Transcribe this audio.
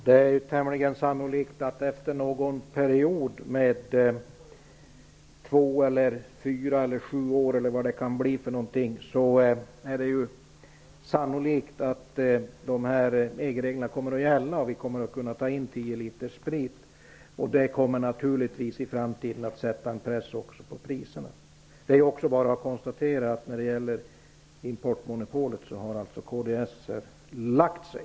Herr talman! Det är tämligen sannolikt att efter en period på två, fyra eller sju år kommer EG-reglerna att gälla. Det blir möjligt att föra in tio liter sprit. Det kommer naturligtvis att i framtiden sätta press på priserna. I fråga om importmonopolet har alltså kds lagt sig.